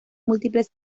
múltiples